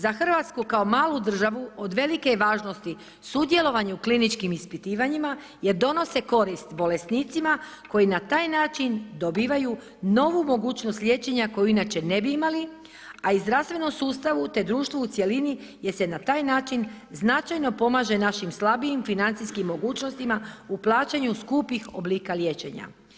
Za Hrvatsku kao malu državu od velike je važnosti sudjelovanje u kliničkim ispitivanjima jer donose korist bolesnicima koji na taj način dobivaju novu mogućnost liječenja koju inače ne bi imali, a i zdravstvenom sustavu te društvu u cjelini je se na taj način značajno pomaže našim slabijim financijskim mogućnostima u plaćanju skupih oblika liječenja.